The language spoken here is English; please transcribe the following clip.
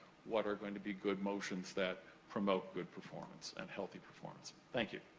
what are going to be good motions that promote good performance and healthy performance? thank you.